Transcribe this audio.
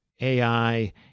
AI